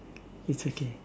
it's okay